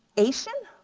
ation?